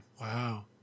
Wow